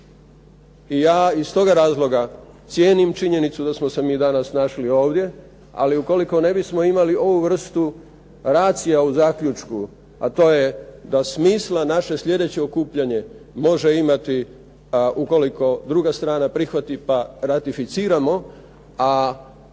I ja iz toga razloga, cijenim činjenicu da smo se mi danas našli ovdje. Ali ukoliko ne bismo imali ovu vrstu racija u zaključku, a to je da smisla naše sljedeće okupljanje može imati ukoliko druga strana prihvati pa ratificiramo, a ako ne